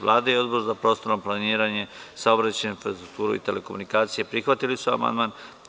Vlada i Odbor za prostorno planiranje, saobraćaj, infrastrukturu i telekomunikacije prihvatili su amandman.